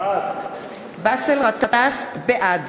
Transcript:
אינו נוכח באסל גטאס, בעד